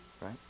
Right